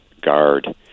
guard